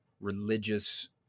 religious